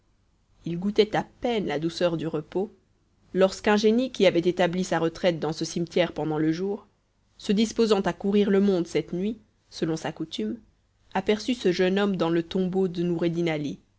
il goûtait à peine la douceur du repos lorsqu'un génie qui avait établi sa retraite dans ce cimetière pendant le jour se disposant à courir le monde cette nuit selon sa coutume aperçut ce jeune homme dans le tombeau de